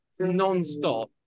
nonstop